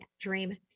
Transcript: Dream